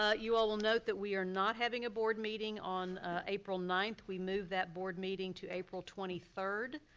ah you all will note that we are not having a board meeting on ah april ninth. we moved that board meeting to april twenty third.